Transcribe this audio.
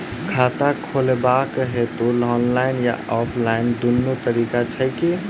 खाता खोलेबाक हेतु ऑनलाइन आ ऑफलाइन दुनू तरीका छै की?